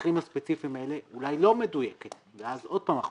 במקרים הספציפיים האלה אולי לא מדויקת ואז עוד פעם אנחנו